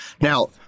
Now